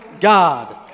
God